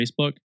Facebook